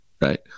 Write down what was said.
right